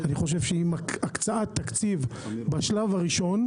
אני חושב שעם הקצאת תקציב בשלב הראשון,